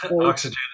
Oxygen